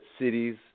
cities